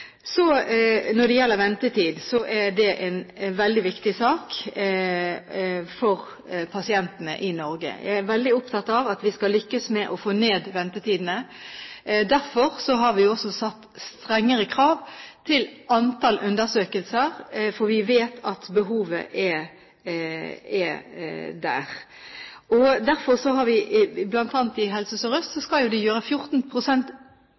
Når det gjelder ventetid, er det en veldig viktig sak for pasientene i Norge. Jeg er veldig opptatt av at vi skal lykkes med å få ned ventetidene. Derfor har vi også satt strengere krav til antall undersøkelser, for vi vet at behovet er der, og derfor skal man bl.a. i Helse Sør-Øst ha en 14 pst. økning i antall røntgenundersøkelser i år i forhold til i fjor. Så